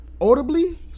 audibly